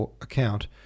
account